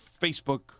Facebook